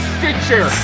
Stitcher